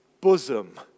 bosom